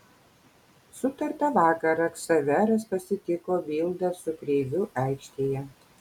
sutartą vakarą ksaveras pasitiko bildą su kreiviu aikštėje